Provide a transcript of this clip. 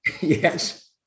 Yes